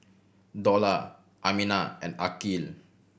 Dollah Aminah and Aqil